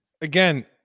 Again